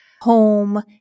home